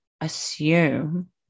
assume